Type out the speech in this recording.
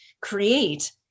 create